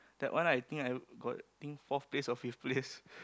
that one I think I got think fourth place or fifth place